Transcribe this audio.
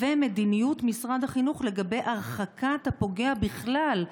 2. מדיניות משרד החינוך לגבי הרחקת הפוגע בכלל,